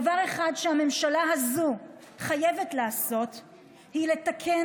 דבר אחד שהממשלה הזו חייבת לעשות הוא לתקן